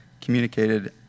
communicated